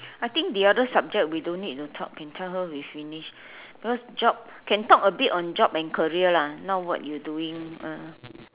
I think the other subject we don't need to talk can tell her we finish because job can talk a bit on job and career lah not what you doing ah